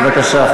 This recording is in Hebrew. בבקשה,